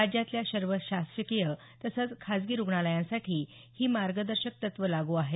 राज्यातल्या सर्व शासकीय तसंच खासगी रुग्णालयांसाठी ही मार्गदर्शक तत्वं लागू आहेत